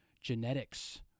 genetics